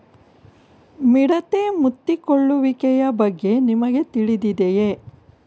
ಮಿಡತೆ ಮುತ್ತಿಕೊಳ್ಳುವಿಕೆಯ ಬಗ್ಗೆ ನಿಮಗೆ ತಿಳಿದಿದೆಯೇ?